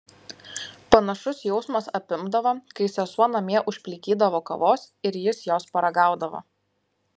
panašus jausmas apimdavo kai sesuo namie užplikydavo kavos ir jis jos paragaudavo